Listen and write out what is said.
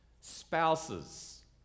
spouses